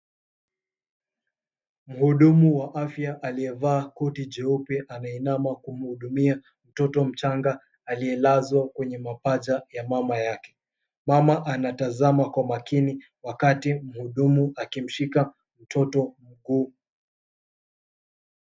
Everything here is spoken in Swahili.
Mhudumu wa afya aliyevaa koti jeupe anainama kumhudumia mtoto mchanga aliyelazwa kwenye mapaja yake. Mama anatazama kwa makini wakati mhudumu akimshika mtoto mguu.